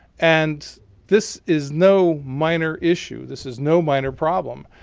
and this is no minor issue. this is no minor problem.